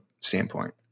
standpoint